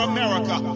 America